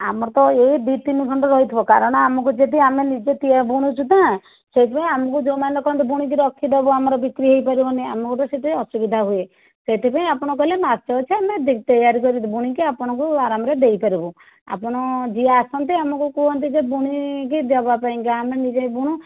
ଆମର ତ ଏଇ ଦୁଇ ତିନି ଖଣ୍ଡ ରହିଥିବ କାରଣ ଆମକୁ ଯଦି ଆମେ ନିଜେ ତିଆ ବୁଣୁଛୁ ନା ସେଇଥିପାଇଁ ଆମକୁ ଯୋଉମାନେ କୁହନ୍ତି ବୁଣି କି ରଖିଦେବ ଆମର ବିକ୍ରି ହେଇପାରିବନି ଆମକୁ ତ ସେଥିପାଇଁ ଅସୁବିଧା ହୁଏ ସେଇଥିପାଇଁ ଆପଣ କହିଲେ ମାସେ ଅଛି ଆମେ ତେୟାର୍ କରି ବୁଣିକି ଆପଣଙ୍କୁ ଆରାମରେ ଦେଇପାରିବୁ ଆପଣ ଯିଏ ଆସନ୍ତି ଆମକୁ କୁହନ୍ତି ଯେ ବୁଣିକି ଦେବା ପାଇଁକା ଆମେ ନିଜେ ବୁଣୁ